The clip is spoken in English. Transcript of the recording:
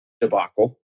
debacle